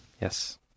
Yes